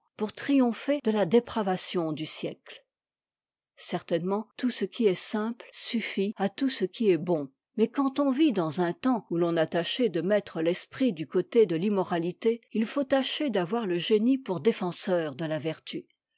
pour triompher de la dépravation du siècle certainement tout ce qui est simple suffit à tout ce qui est bon mais quand on vit dans un temps où l'on a tâché de mettre l'esprit du côté de t'immoralité il faut tâcher d'avoir le génie pour défenseur de la vertu